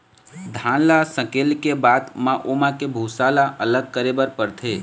धान ल सकेले के बाद म ओमा के भूसा ल अलग करे बर परथे